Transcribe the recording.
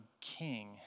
king